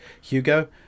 Hugo